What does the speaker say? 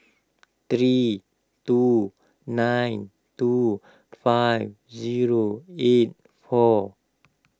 three two nine two five zero eight four